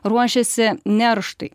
ruošiasi nerštui